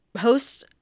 host